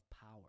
power